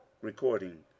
Recording